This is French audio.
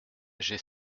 j’ai